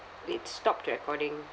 it stopped recording